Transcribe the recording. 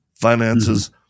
finances